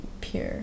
pure